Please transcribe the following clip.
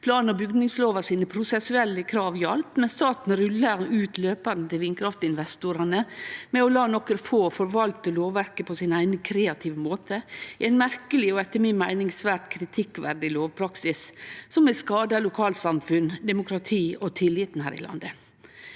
Plan- og bygningslova sine prosessuelle krav galdt, men staten rulla ut løparen for vindkraftinvestorane ved å la nokre få forvalte lovverket på sin eigen kreative måte – ein merkeleg og etter mi meining svært kritikkverdig lovpraksis som har skada lokalsamfunn, demokrati og tilliten her i landet: